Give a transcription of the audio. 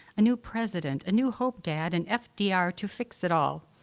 a new president, a new hope, dad, an f d r. to fix it all.